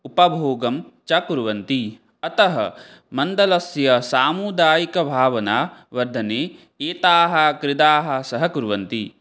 उपभोगं च कुर्वन्ति अतः मण्डलस्य सामुदायिकभावनावर्धने एताः क्रीडाः सहकुर्वन्ति